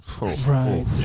Right